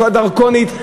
בצורה דרקונית,